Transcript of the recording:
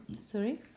Sorry